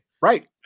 Right